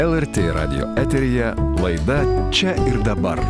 lrt radijo eteryje laida čia ir dabar